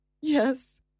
Yes